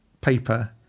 paper